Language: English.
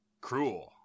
Cruel